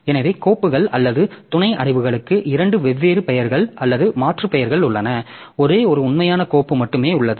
எனவே கோப்புகள் அல்லது துணை அடைவுகளுக்கு இரண்டு வெவ்வேறு பெயர்கள் அல்லது மாற்றுப்பெயர்கள் உள்ளன ஒரே ஒரு உண்மையான கோப்பு மட்டுமே உள்ளது